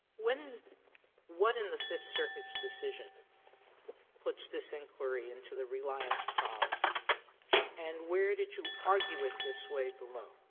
when what in the fifth circuit's decision puts this inquiry into the reliance prong and where did you argue it this way below?